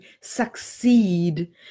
succeed